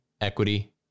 equity